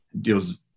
deals